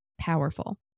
powerful